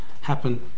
happen